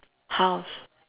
house